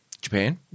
Japan